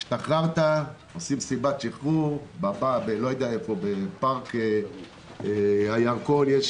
השתחררת, עושים מסיבת שחרור, בפארק הירקון יש